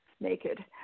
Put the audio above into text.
naked